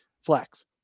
Flex